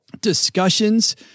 discussions